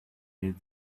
vez